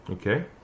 Okay